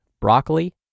Broccoli